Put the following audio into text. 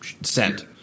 sent